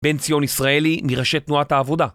בן ציון ישראלי מראשי תנועת העבודה